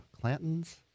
Clanton's